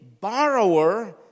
borrower